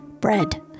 bread